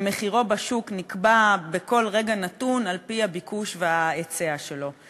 שמחירו בשוק נקבע בכל רגע נתון על-פי הביקוש וההיצע שלו,